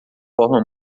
forma